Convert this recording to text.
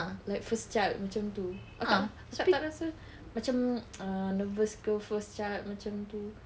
like first child macam tu kakak kakak tak rasa macam err nervous ke first child macam tu